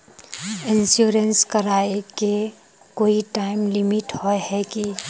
Insurance कराए के कोई टाइम लिमिट होय है की?